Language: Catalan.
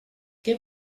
què